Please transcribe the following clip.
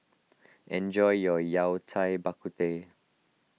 enjoy your Yao Cai Bak Kut Teh